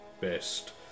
best